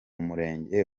murenge